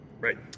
Right